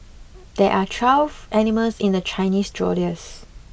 there are twelve animals in the Chinese Zodiac